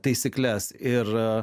taisykles ir